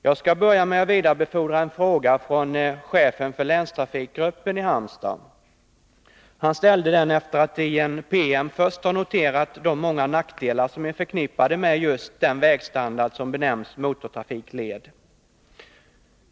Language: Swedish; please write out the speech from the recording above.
Jag skall börja med att vidarebefordra en fråga från chefen för länstrafikgruppen i Halmstad. Han ställde den efter att i en PM först ha noterat de många nackdelar som är förknippade med just den vägstandard som benämns motortrafikled.